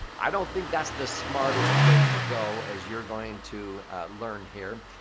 i don't think that's the smartest way to go as you're going to learn here.